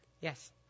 Yes